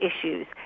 issues